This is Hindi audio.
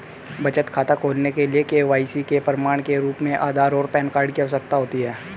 बचत खाता खोलने के लिए के.वाई.सी के प्रमाण के रूप में आधार और पैन कार्ड की आवश्यकता होती है